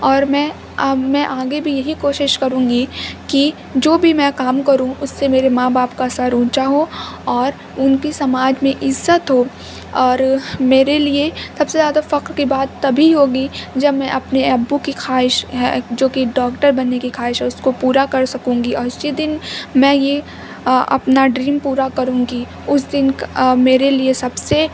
اور میں اب میں آگے بھی یہی کوشش کروں گی کہ جو بھی میں کام کروں اس سے میرے ماں باپ کا سر اونچا ہو اور ان کی سماج میں عزت ہو اور میرے لیے سب سے زیادہ فخر کی بات تبھی ہوگی جب میں اپنے ابو کی خواہش ہے جو کہ ڈاکٹر بننے کی خواہش ہے اس کو پورا کر سکوں گی اور اسی دن میں یہ اپنا ڈریم پورا کروں گی اس دن میرے لیے سب سے